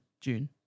June